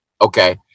Okay